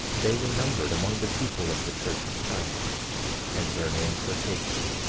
they were numbered among the people of the church of christ and their names were taken,